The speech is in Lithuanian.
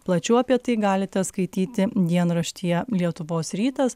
plačiau apie tai galite skaityti dienraštyje lietuvos rytas